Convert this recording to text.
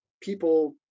People